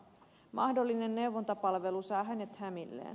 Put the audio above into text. mahdollinen neuvontapalvelu saa hänet hämilleen